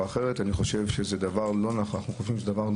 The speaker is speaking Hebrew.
אחרת אני חושב שזה דבר לא נכון לעשות.